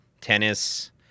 Tennis